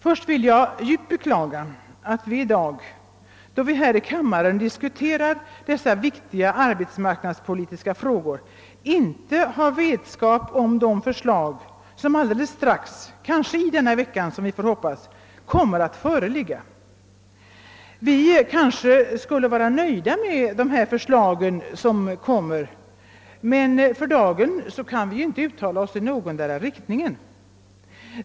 Först vill jag djupt beklaga att vi i dag då vi här i kammaren diskuterar de viktiga arbetsmarknadspolitiska frågorna inte har vetskap om de förslag som snart, kanske redan i denna vecka, kommer att framläggas i detta avseende. Vi kanske är nöjda med dessa förslag, men för dagen kan vi inte uttala oss om dem.